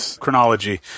chronology